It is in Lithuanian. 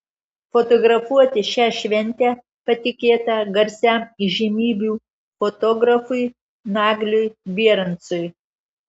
fotografuoti šią šventę patikėta garsiam įžymybių fotografui nagliui bierancui